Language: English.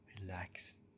relax